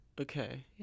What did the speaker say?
Okay